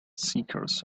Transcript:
seekers